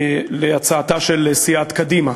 על הצעתה של סיעת קדימה.